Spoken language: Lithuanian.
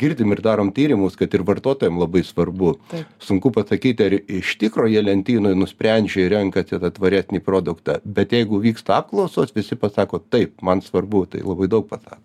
girdim ir darom tyrimus kad ir vartotojam labai svarbu sunku pasakyti ar iš tikro jie lentynoj nusprendžia ir renkasi tą tvaresnį produktą bet jeigu vyksta apklausos visi pasako taip man svarbu tai labai daug pasako